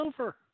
over